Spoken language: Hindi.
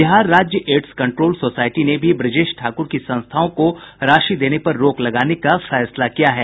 बिहार राज्य एड्स कंट्रोल सोसायटी ने भी ब्रजेश ठाकुर की संस्थाओं को राशि देने पर रोक लगाने का फैसला किया है